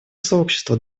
сообщество